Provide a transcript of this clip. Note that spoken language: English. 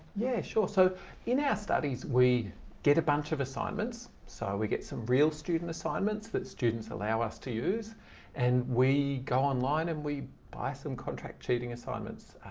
yeah, sure. so in our ah studies, we get a bunch of assignments, so we get some real student assignments that students allow us to use and we go online and we buy some contract cheating assignments.